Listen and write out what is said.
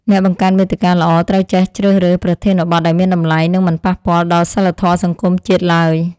អ្នកបង្កើតមាតិកាល្អត្រូវចេះជ្រើសរើសប្រធានបទដែលមានតម្លៃ និងមិនប៉ះពាល់ដល់សីលធម៌សង្គមជាតិឡើយ។